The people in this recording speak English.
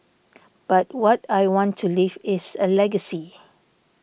but what I want to leave is a legacy